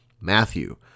Matthew